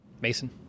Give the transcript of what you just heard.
Mason